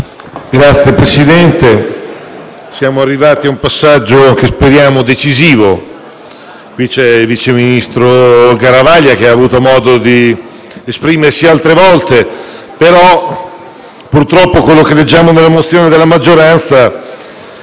Signor Presidente, siamo arrivati a un passaggio che speriamo sia decisivo. Qui c'è il sottosegretario Garavaglia che ha avuto modo di esprimersi altre volte. Purtroppo però quello che leggiamo nella mozione della maggioranza